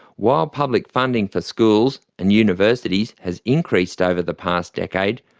while public funding for schools and universities has increased over the past decade,